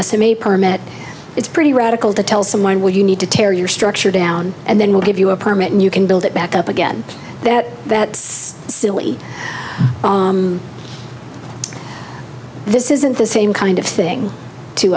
estimate permit it's pretty radical to tell someone well you need to tear your structure down and then we'll give you a permit and you can build it back up again that that's silly this isn't the same kind of thing to